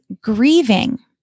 grieving